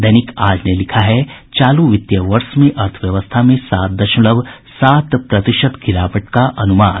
दैनिक आज ने लिखा है चालू वित्तीय वर्ष में अर्थव्यवस्था में सात दशमलव सात प्रतिशत गिरावट का अनुमान